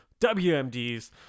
wmds